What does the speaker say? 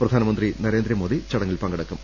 പ്രധാനമന്ത്രി നരേ ന്ദ്രമോദി ചടങ്ങിൽ പങ്കെടുക്കും